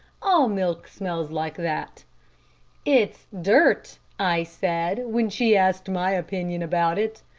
all milk smells like that it's dirt i said, when she asked my opinion about it.